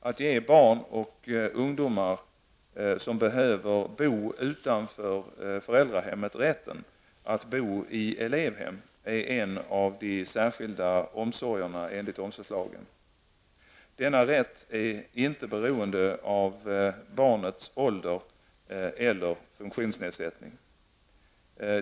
Att ge barn och ungdomar som behöver bo utanför föräldrahemmet rätten att bo i elevhem är en av de särskilda omsorgerna enligt omsorgslagen. Denna rätt är inte beroende av barnets ålder eller funktionsnedsättning.